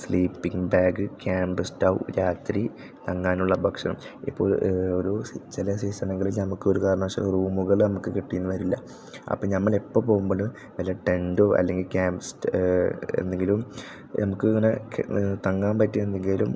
sleeping bag camp stove രാത്രി തങ്ങാനുള്ള ഭക്ഷണം ഇപ്പോൾ ഓരോ ചില സീസണുകളിൽ നമുക്കൊരു കാരണവശാലും റൂമുകൾ നമുക്ക് കിട്ടിയെന്ന് വരില്ല അപ്പം നമ്മൾ എപ്പം പോകുമ്പോഴും വല്ല ടെൻറ്റോ അല്ലെങ്കിൽ ക്യാമ്പസ് എന്തെങ്കിലും നമുക്കിങ്ങനെ തങ്ങാൻ പറ്റിയ എന്തെങ്കിലും